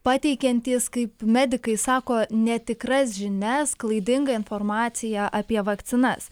pateikiantys kaip medikai sako netikras žinias klaidingą informaciją apie vakcinas